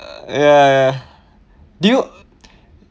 uh ya ya do you